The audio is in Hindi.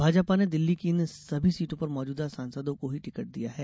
भाजपा ने दिल्ली की इन सभी सीटों पर मौजूदा सांसदों को ही टिकट दिया है